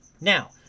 now